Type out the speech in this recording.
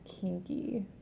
kinky